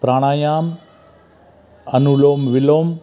pranayama anulom विलोम